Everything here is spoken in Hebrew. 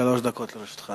שלוש דקות לרשותך,